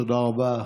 תודה רבה.